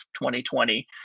2020